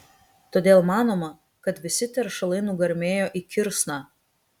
todėl manoma kad visi teršalai nugarmėjo į kirsną